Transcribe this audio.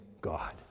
God